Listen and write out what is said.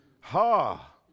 Ha